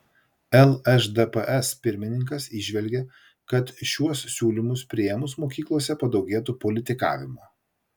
lšdps pirmininkas įžvelgia kad šiuos siūlymus priėmus mokyklose padaugėtų politikavimo